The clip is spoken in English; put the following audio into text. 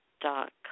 dot